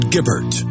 Gibbert